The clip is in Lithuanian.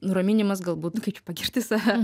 nuraminimas galbūt kaip čia pagirti save